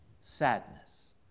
sadness